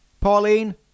pauline